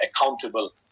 accountable